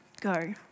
go